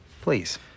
Please